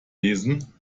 lesen